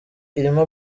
irimo